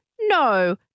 no